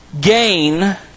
gain